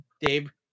Dave